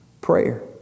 prayer